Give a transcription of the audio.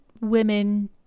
women